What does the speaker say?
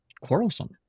quarrelsome